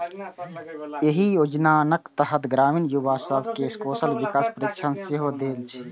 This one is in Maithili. एहि योजनाक तहत ग्रामीण युवा सब कें कौशल विकास प्रशिक्षण सेहो देल जेतै